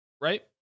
Right